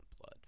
blood